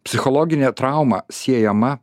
psichologinė trauma siejama